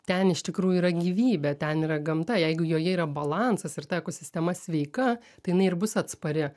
ten iš tikrųjų yra gyvybė ten yra gamta jeigu joje yra balansas ir ta ekosistema sveika tai jinai ir bus atspari